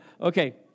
Okay